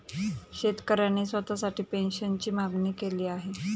शेतकऱ्याने स्वतःसाठी पेन्शनची मागणी केली आहे